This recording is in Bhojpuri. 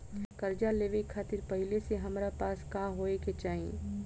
कर्जा लेवे खातिर पहिले से हमरा पास का होए के चाही?